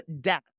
death